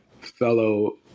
fellow